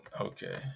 Okay